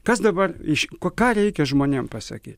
kas dabar iš ko ką reikia žmonėm pasakyt